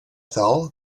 ptal